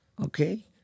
Okay